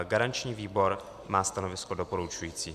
Garanční výbor má stanovisko doporučující.